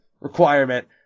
requirement